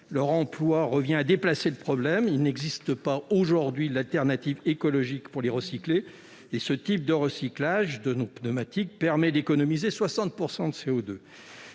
leur emploi revient à déplacer le problème. Il n'existe pas aujourd'hui d'alternative écologique à ce type de recyclage de nos pneumatiques, qui permet d'économiser 60 % de CO2.